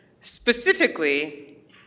Specifically